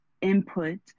input